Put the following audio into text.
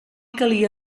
calia